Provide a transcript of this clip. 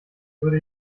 würde